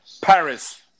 Paris